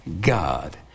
God